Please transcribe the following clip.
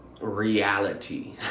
reality